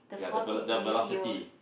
ya the velo~ the velocity